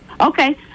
Okay